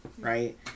right